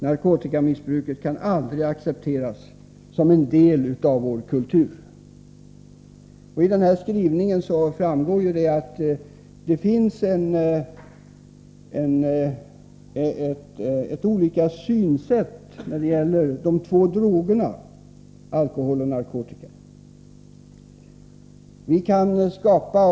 Narkotikamissbruket kan aldrig accepteras som en del av vår kultur.” Av den skrivningen framgår att det finns olika synsätt när det gäller de två drogerna alkohol och narkotika.